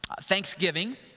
Thanksgiving